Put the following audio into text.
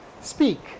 speak